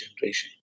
generation